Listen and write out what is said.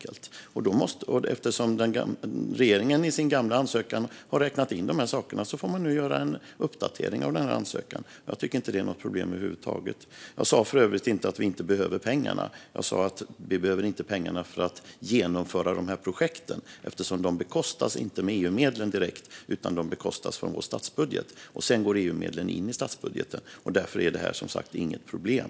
Eftersom regeringen räknade in dessa saker i sin gamla ansökan får man nu göra en uppdatering av ansökan. Jag tycker inte att det är något problem över huvud taget. Jag sa för övrigt inte att vi inte behöver pengarna, utan jag sa att vi inte behöver pengarna för att genomföra dessa projekt. De bekostas inte direkt av EU-medlen, utan de bekostas av vår statsbudget. Sedan går EU-medlen in i statsbudgeten. Därför är detta, som sagt, inget problem.